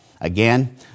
Again